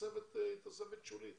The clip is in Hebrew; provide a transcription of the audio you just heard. התוספת היא תוספת שולית